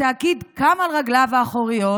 התאגיד קם על רגליו האחוריות,